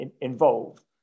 involved